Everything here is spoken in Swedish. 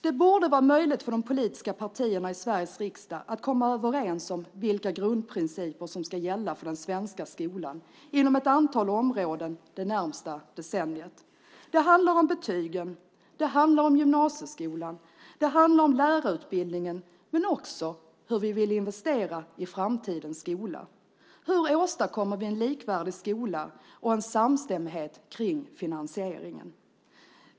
Det borde vara möjligt för de politiska partierna i Sveriges riksdag att komma överens om vilka grundprinciper som ska gälla för den svenska skolan inom ett antal områden det närmaste decenniet. Det handlar om betygen, om gymnasieskolan, om lärarutbildningen men också om hur vi vill investera i framtidens skola. Hur åstadkommer vi en likvärdig skola och en samstämmighet om finansieringen?